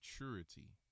maturity